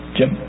Jim